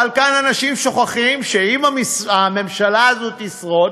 אבל כאן אנשים שוכחים שאם הממשלה הזאת תשרוד,